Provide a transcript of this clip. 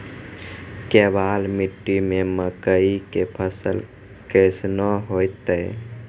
केवाल मिट्टी मे मकई के फ़सल कैसनौ होईतै?